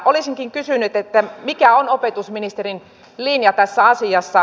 olisinkin kysynyt mikä on opetusministerin linja tässä asiassa